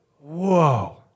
whoa